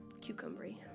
cucumbery